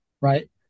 Right